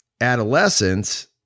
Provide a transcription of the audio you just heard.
Adolescence